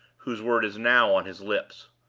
whose word is now on his lips!